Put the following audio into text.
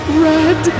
red